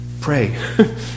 pray